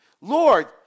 lord